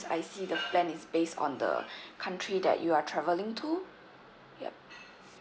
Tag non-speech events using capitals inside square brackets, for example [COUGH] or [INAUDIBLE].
I see the plan is based on the [BREATH] country that you are travelling to yup